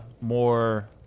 more